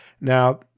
Now